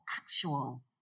actual